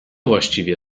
właściwie